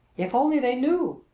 if only they knew!